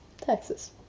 Texas